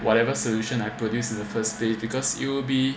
whatever solution I produced on the first day because it'll be